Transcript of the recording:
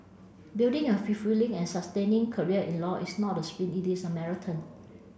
building a fulfilling and sustaining career in law is not a sprint it is a marathon